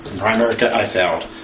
primerica i felt